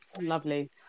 lovely